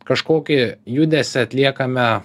kažkokį judesį atliekame